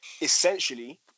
essentially